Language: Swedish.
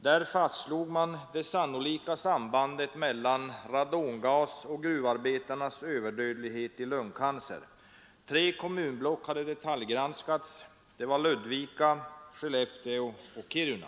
Där fastslogs det sannolika sambandet mellan radongas och gruvarbetarnas överdödlighet i lungcancer. Tre kommunblock hade detaljgranskats, nämligen Ludvika, Skellefteå och Kiruna.